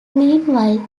meanwhile